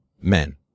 men